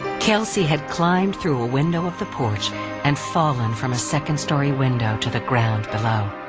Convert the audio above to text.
kelsey had climbed through a window of the porch and fallen from a second story window to the ground below.